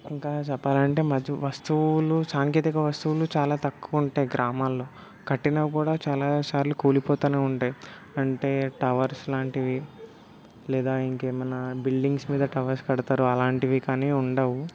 ఇంకా చెప్పాలంటే మంచి వస్తువులు సాంకేతిక వస్తువులు చాలా తక్కువ ఉంటాయి గ్రామాల్లో కట్టినవి కూడా చాలా సార్లు కూలిపోతానే ఉంటాయి అంటే టవర్స్ లాంటివి లేదా ఇంకేమన్నా బిల్డింగ్స్ మీద టవర్స్ కడతారు అలాంటివి కానీ ఉండవు